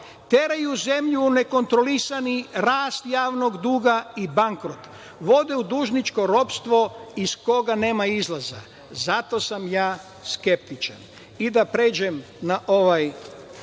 teraju zemlju u nekontrolisani rast javnog duga i bankrot. Vode u dužničko ropstvo iz koga nema izlaza. Zato sam skeptičan. Da pređem na drugi